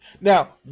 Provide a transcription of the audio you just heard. Now